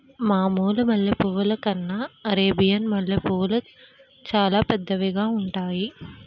మామూలు మల్లె పువ్వుల కన్నా అరేబియన్ మల్లెపూలు సాలా పెద్దవిగా ఉంతాయి